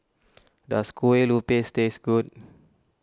does Kue Lupis taste good